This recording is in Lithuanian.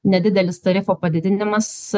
nedidelis tarifo padidinimas